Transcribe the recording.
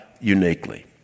uniquely